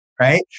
right